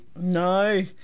No